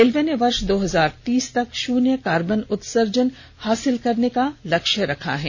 railway ने वर्ष दो हजार तीस तक शून्य कार्बन उत्सर्जन हासिल करने का लक्ष्य रखा है